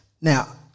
Now